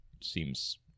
seems